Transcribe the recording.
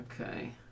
Okay